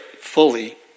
fully